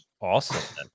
Awesome